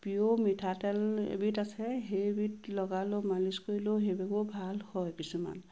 পিঅ'ৰ মিঠাতেল এবিধ আছে সেইবিধ লগালেও মালিচ কৰিলেও সেইবোৰ ভাল হয় কিছুমান